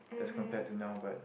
as compare to now but